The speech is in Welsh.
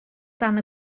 dan